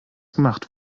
gemacht